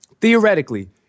theoretically